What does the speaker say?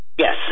Yes